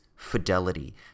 Fidelity